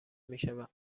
میشوند